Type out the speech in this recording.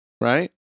right